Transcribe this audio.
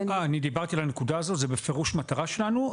אני דיברתי על הנקודה הזאת וזו בפירוש מטרה שלנו.